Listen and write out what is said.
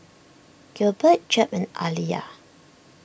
Gilbert Jep and Aaliyah